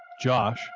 Josh